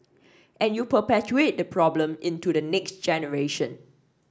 and you perpetuate the problem into the next generation